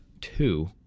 two